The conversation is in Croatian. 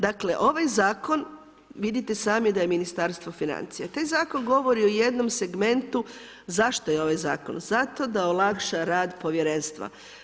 Dakle ovaj zakon vidite sami da je Ministarstvo financija, taj zakon govori o jednom segmentu zašto je ovaj zakon, zato da olakša rad povjerenstva.